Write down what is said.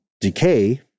decay